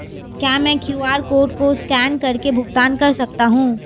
क्या मैं QR code को स्कैन करके भुगतान कर सकता हूं?